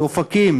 אופקים,